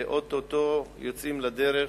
ואו-טו-טו יוצאים לדרך,